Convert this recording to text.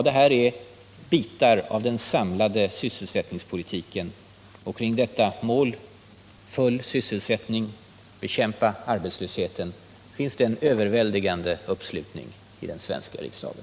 Detta är delar av den samlade sysselsättningspolitiken. Kring målsättningarna om full sysselsättning och bekämpande av arbetslösheten råder det en överväldigande uppslutning i den svenska riksdagen.